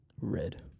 Red